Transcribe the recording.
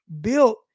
Built